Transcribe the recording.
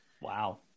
Wow